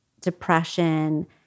depression